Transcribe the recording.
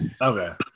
Okay